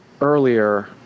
earlier